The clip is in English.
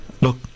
Look